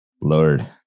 Lord